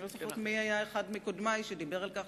אני לא זוכרת מי היה אחד מקודמי שדיבר על כך,